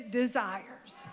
desires